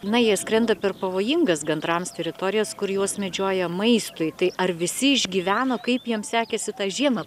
na jie skrenda per pavojingas gandrams teritorijas kur juos medžioja maistui tai ar visi išgyveno kaip jiems sekėsi tą žiemą